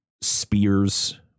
spears